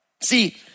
See